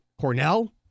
Cornell